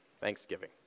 Thanksgiving